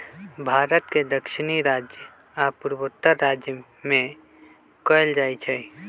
भारत के दक्षिणी राज्य आ पूर्वोत्तर राज्य में कएल जाइ छइ